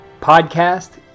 podcast